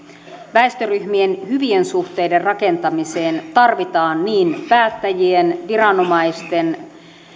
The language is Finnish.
väestöryhmien hyvien suhteiden rakentamiseen tarvitaan niin päättäjien viranomaisten